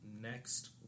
next